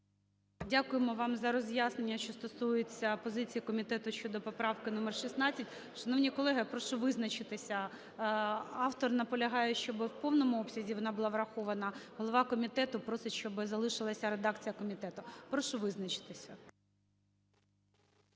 Дякуємо вам за роз'яснення, що стосується позиції комітету щодо поправки номер 16. Шановні колеги, прошу визначитися. Автор наполягає, щоб в повному обсязі вона була врахована, голова комітету просить, щоб залишилася редакція комітету. Прошу визначитись.